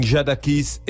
Jadakis